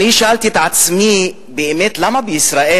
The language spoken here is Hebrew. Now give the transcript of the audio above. שאלתי את עצמי למה בישראל,